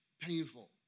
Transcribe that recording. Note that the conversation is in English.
painful